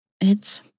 It's